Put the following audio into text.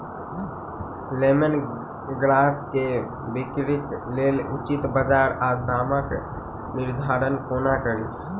Lemon grass केँ बिक्रीक लेल उचित बजार आ दामक निर्धारण कोना कड़ी?